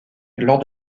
lors